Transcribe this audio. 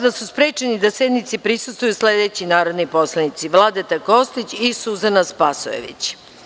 da su sprečeni da sednici prisustvuju sledeći narodni poslanici: Vladeta Kostić i Suzana Spasojević.